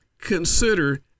consider